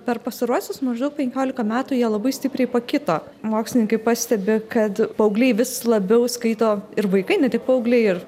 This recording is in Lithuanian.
per pastaruosius maždaug penkiolika metų jie labai stipriai pakito mokslininkai pastebi kad paaugliai vis labiau skaito ir vaikai ne tik paaugliai ir